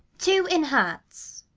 two in hearts.